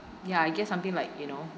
ya I guess something like you know